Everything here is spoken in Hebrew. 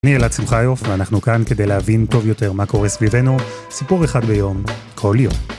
אני אלעד שמחיוף, ואנחנו כאן כדי להבין טוב יותר מה קורה סביבנו. סיפור אחד ביום, כל יום.